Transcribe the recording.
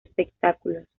espectáculos